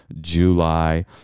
July